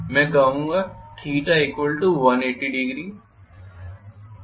मैं कहूंगा 1800और इसी तरह आगे